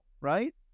right